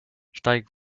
steig